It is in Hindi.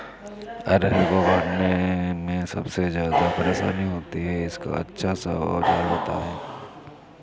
अरहर को काटने में सबसे ज्यादा परेशानी होती है इसका अच्छा सा औजार बताएं?